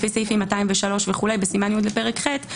לפי סעיפים 203 וכולי בסימן י' לפרק ח',